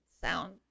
sound